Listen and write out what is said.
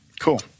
Cool